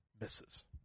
misses